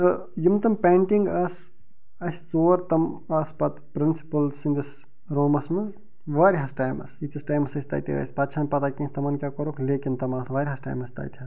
تہٕ یِم تِم پیٚنٹِنٛگ آسہٕ اَسہِ ژور تِم آسہٕ پتہٕ پرنٛسٕپُل سٕنٛدِس روٗمَس منٛز واریاہس ٹایِمَس ییٖتِس ٹایِمَس أسۍ تتہِ ٲسۍ پتہٕ چھَنہٕ پتاہ کیٚنٛہہ تِمَن کیٛاہ کوٚرُکھ لیکن تِم آسہٕ واریاہَس ٹایِمَس تتہِ حظ